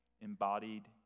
embodied